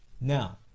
Now